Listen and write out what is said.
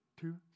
two